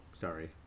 Sorry